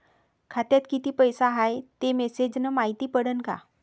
खात्यात किती पैसा हाय ते मेसेज न मायती पडन का?